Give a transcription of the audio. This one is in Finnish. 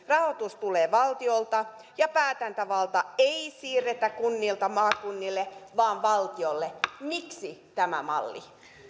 rahoitus tulee valtiolta eikä päätäntävaltaa siirretä kunnilta maakunnille vaan valtiolle miksi tämä malli